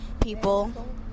people